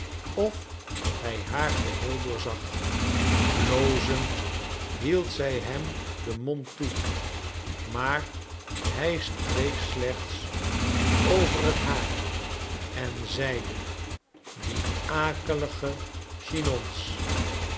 of hij haar geheel doorzag blozend hield zij hem den mond toe maar hij streek slechts over het haar en zeide die akelige